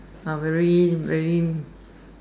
uh very very